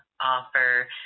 offer